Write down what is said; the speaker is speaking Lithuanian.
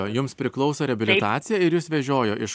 jums priklauso reabilitacija ir jus vežiojo iš